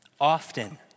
Often